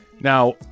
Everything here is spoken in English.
Now